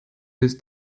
des